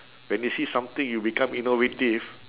when you see something you become innovative